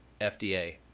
FDA